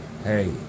Hey